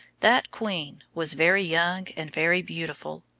that queen was very young and very beautiful,